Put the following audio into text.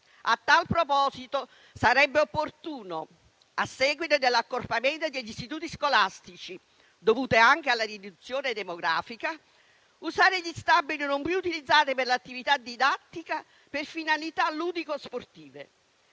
A tal proposito sarebbe opportuno, a seguito dell'accorpamento degli istituti scolastici dovuto anche alla riduzione demografica, usare gli stabili non più utilizzati per l'attività didattica per finalità ludico-sportive.